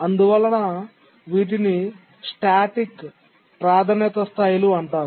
అందువలన వీటిని స్టాటిక్ ప్రాధాన్యత స్థాయిలు అంటారు